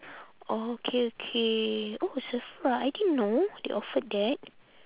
orh okay okay oh sephora I didn't know they offered that